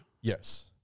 Yes